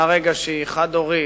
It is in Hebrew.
כי מהרגע שהיא חד-הורית,